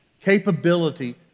Capability